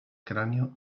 cráneo